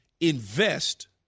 invest